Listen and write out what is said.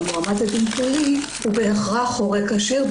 מועמד לדין פלילי הוא בהכרח הורה כשיר,